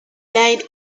died